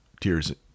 tears